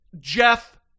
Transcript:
Jeff